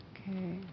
Okay